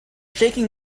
shaking